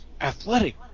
athletic